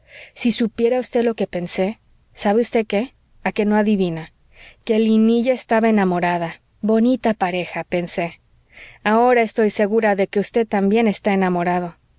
si supiera usted lo que pensé sabe usted qué a que no adivina que linilla estaba enamorada bonita pareja pensé ahora estoy segura de que usted también está enamorado